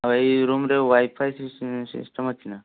ଆଉ ଏଇ ରୁମ୍ରେ ୱାଇଫାଇ ସିଷ୍ଟମ୍ ଅଛି ନା